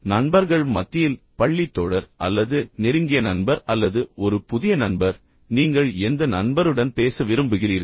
நண்பர்கள் மத்தியில் பள்ளி தோழர் அல்லது நெருங்கிய நண்பர் அல்லது ஒரு புதிய நண்பர் நீங்கள் எந்த நண்பருடன் பேச விரும்புகிறீர்கள்